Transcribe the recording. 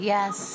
Yes